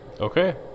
okay